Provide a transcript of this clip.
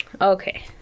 Okay